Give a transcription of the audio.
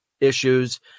issues